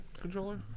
controller